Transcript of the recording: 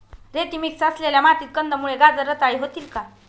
रेती मिक्स असलेल्या मातीत कंदमुळे, गाजर रताळी होतील का?